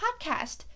podcast